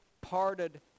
parted